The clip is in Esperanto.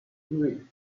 tri